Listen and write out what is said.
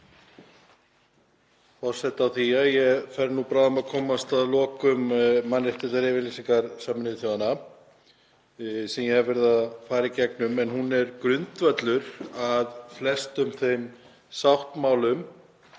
forseta með því að ég fer nú bráðum að komast að lokum mannréttindayfirlýsingar Sameinuðu þjóðanna sem ég hef verið að fara í gegnum, en hún er grundvöllur að flestum þeim alþjóðasáttmálum